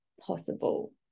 possible